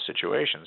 situations